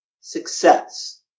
success